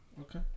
Okay